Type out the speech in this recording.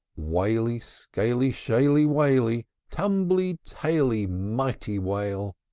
whaly, scaly, shaly, whaly, tumbly-taily, mighty whale!